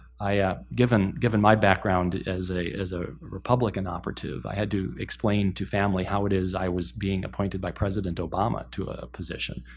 ah given given my background as a as a republican operative i had to explain to family how it is i was being appointed by president obama to a position.